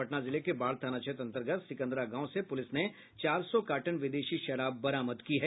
पटना जिले के बाढ़ थाना क्षेत्र अंतर्गत सिकंदरा गांव से पुलिस ने चार सौ कार्टन विदेशी शराब बरामद की है